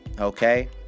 okay